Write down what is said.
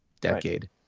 decade